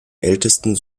ältesten